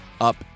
up